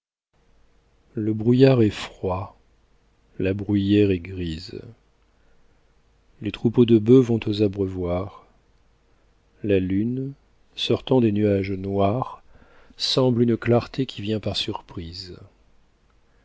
le brouillard est froid la bruyère est grise les troupeaux de bœufs vont aux abreuvoirs la lune sortant des nuages noirs semble une clarté qui vient